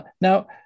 Now